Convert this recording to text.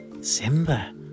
Simba